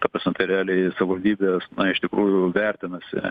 ta prasme tai realiai savaldybės na iš tikrųjų vertinasi